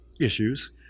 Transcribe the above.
issues